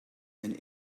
and